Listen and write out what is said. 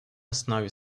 основе